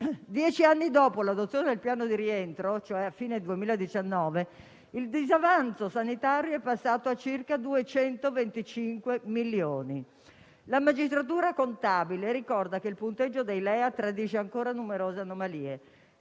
Dieci anni dopo l'adozione del Piano di rientro - cioè a fine 2019 - il disavanzo sanitario è passato a circa 225 milioni di euro. La magistratura contabile ricorda che il punteggio dei LEA tradisce ancora numerose anomalie